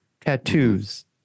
Tattoos